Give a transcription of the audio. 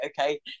okay